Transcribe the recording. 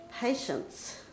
patience